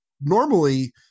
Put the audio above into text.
normally